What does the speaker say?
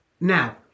now